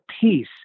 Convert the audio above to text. peace